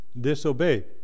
Disobey